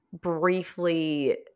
briefly